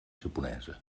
japonesa